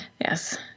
Yes